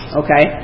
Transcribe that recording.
okay